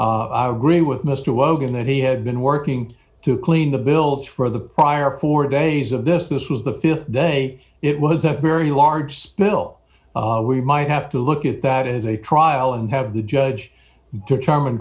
with mr wogan that he had been working to clean the bills for the prior four days of this this was the th day it was a very large spill we might have to look at that is a trial and have the judge determine